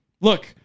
look